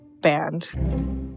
band